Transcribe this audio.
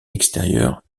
extérieurs